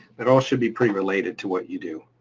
it all should be pretty related to what you do.